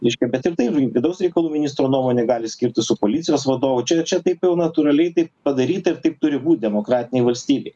reiškia bet ir tai vidaus reikalų ministro nuomonė gali skirtis su policijos vadovo čia čia taip jau natūraliai taip padaryta ir taip turi būt demokratinėj valstybėj